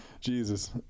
Jesus